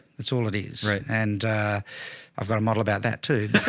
that's all it is. right? and i've got a model about that too.